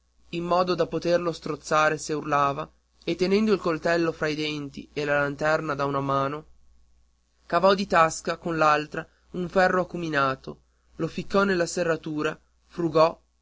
in modo da poterlo strozzare se urlava e tenendo il coltello fra i denti e la lanterna da una mano cavò di tasca con l'altra un ferro acuminato lo ficcò nella serratura frugò